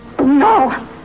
No